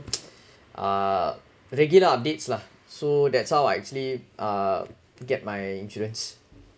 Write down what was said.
uh regular updates lah so that's how I actually uh get my insurance